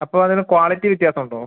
അപ്പോൾ അതിന് ക്വാളിറ്റി വ്യത്യാസം ഉണ്ടോ